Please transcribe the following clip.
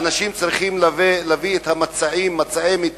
האנשים צריכים להביא את כלי המיטה,